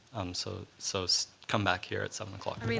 um so so so come back here at seven o'clock. i mean